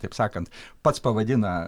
taip sakant pats pavadina